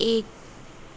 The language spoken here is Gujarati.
એક